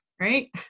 right